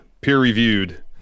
Peer-reviewed